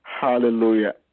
Hallelujah